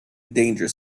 danger